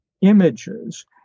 images